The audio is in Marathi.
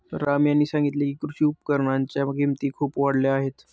राम यांनी सांगितले की, कृषी उपकरणांच्या किमती खूप वाढल्या आहेत